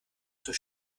zur